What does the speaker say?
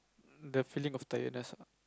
the feeling of tiredness ah